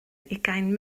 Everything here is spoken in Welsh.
ugain